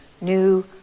new